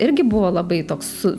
irgi buvo labai toks su